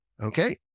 Okay